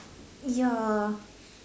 ya